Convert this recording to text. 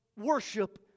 worship